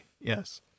Yes